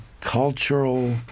cultural